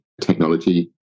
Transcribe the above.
technology